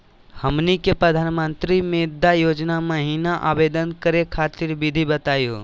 हमनी के प्रधानमंत्री मुद्रा योजना महिना आवेदन करे खातीर विधि बताही हो?